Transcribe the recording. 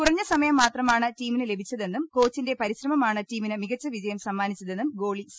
കുറഞ്ഞ സമയം മാത്രമാണ് ടീമിന് ലഭിച്ചതെന്നും കോച്ചിന്റെ പരിശ്രമമാണ് ടീമിന് മികച്ച വിജയം സമ്മാനിച്ചതെന്നും ഗോളി സി